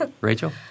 Rachel